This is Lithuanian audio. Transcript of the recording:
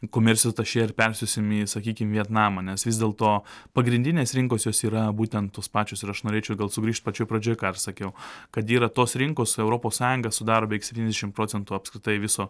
komercijos atašė ir persiųsim į sakykim į vietnamą nes vis dėlto pagrindinės rinkos jos yra būtent tos pačios ir aš norėčiau gal sugrįžt pačioj pradžioj ką aš sakiau kad yra tos rinkos su europos sąjunga sudaro beveik septyniasdešimt procentų apskritai viso